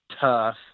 tough